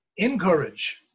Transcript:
encourage